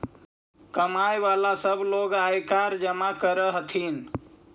कमाय वला सब लोग आयकर जमा कर हथिन